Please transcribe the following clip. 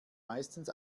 meistens